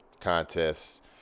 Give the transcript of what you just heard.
Contests